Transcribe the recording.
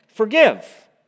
forgive